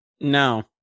No